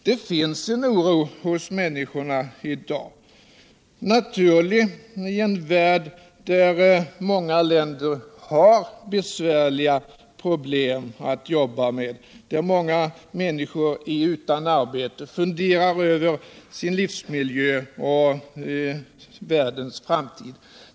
Det finns en oro hos människorna i dag, naturlig i en värld där många länder har besvärliga problem att jobba med, där många människor är utan arbete och funderar över sin livsmiljö och världens framtid.